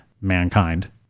mankind